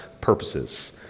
purposes